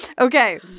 Okay